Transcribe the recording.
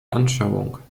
anschauung